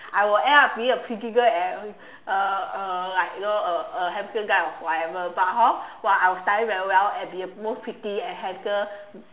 I will end up being a pretty girl and uh uh like you know uh uh handsome guy or whatever but hor while I will study very well and be the most pretty and handsome